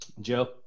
Joe